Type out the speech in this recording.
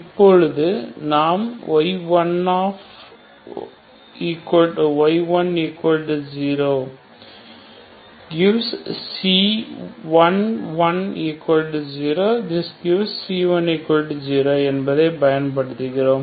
இப்போது நாம் ii y10 gives us c110 that gives c10 என்பதை பயன்படுத்துகிறோம்